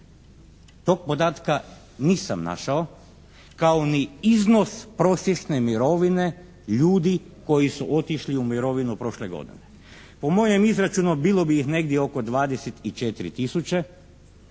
Tog podatka nisam našao kao ni iznos prosječne mirovine ljudi koji su otišli u mirovinu prošle godine. Po mojem izračunu bilo bi ih negdje oko 24 tisuće